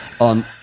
on